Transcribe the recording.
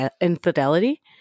infidelity